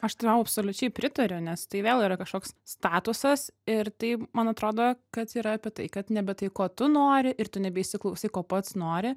aš tai tau absoliučiai pritariu nes tai vėl yra kažkoks statusas ir tai man atrodo kad yra apie tai kad nebe tai ko tu nori ir tu nebeįsiklausai ko pats nori